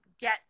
get